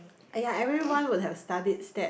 !aiya! everyone would have study Stat